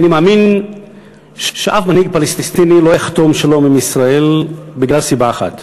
אני מאמין שאף מנהיג פלסטיני לא יחתום שלום עם ישראל בגלל סיבה אחת,